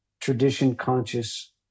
tradition-conscious